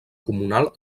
comunal